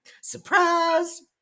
Surprise